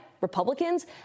Republicans